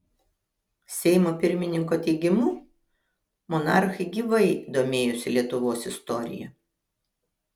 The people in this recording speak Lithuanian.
seimo pirmininko teigimu monarchai gyvai domėjosi lietuvos istorija